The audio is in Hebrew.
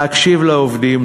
להקשיב לעובדים,